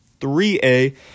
3A